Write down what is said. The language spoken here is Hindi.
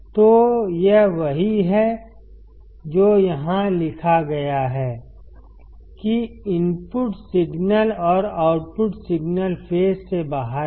तो यह वही है जो यहां लिखा गया है कि इनपुट सिग्नल और आउटपुट सिग्नल फेज से बाहर हैं